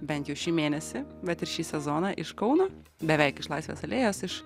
bent jau šį mėnesį bet ir šį sezoną iš kauno beveik iš laisvės alėjos iš